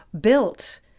built